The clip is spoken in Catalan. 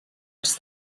els